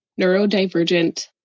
neurodivergent